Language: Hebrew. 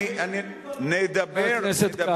חבר הכנסת כץ,